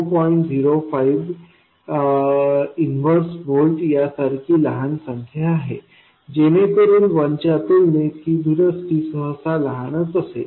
05 inverse volt यासारखी लहान संख्या आहे जेणेकरून 1 च्या तुलनेत ही दुरुस्ती सहसा लहानच असेल